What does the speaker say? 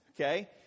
okay